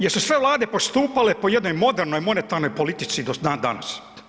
Jesu sve vlade postupale po jednoj modernoj monetarnoj politici do dan danas.